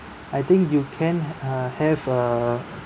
I think you can uh have a